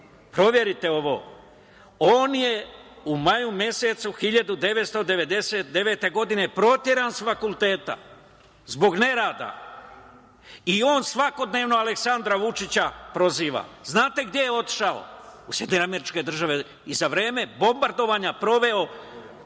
proverite ovo. On je u maju mesecu 1999. godine proteran sa fakulteta zbog nerada i on svakodnevno Aleksandra Vučića proziva. Znate gde je otišao? U SAD i za vreme bombardovanja proveo,